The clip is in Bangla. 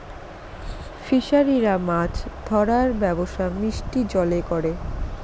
ফিসারিরা মাছ ধরার ব্যবসা মিষ্টি জলে করে